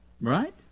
Right